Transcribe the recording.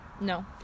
no